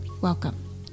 Welcome